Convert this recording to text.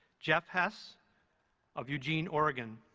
jeff hess of eugene, oregon